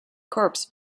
corps